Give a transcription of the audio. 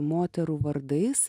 moterų vardais